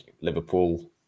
Liverpool